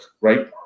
right